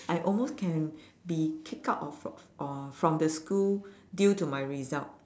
I almost can be kicked out of fr~ of from the school due to my result